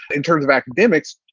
in terms of academics,